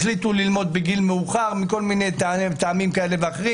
חלקם גם החליטו ללמוד בגיל מאוחר מכל מיני טעמים וכו',